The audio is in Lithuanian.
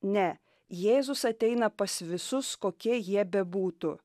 ne jėzus ateina pas visus kokie jie bebūtų